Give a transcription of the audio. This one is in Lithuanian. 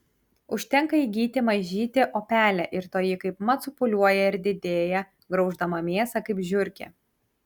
užtenka įgyti mažytį opelę ir toji kaipmat supūliuoja ir didėja grauždama mėsą kaip žiurkė